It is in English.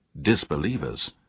disbelievers